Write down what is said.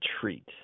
treat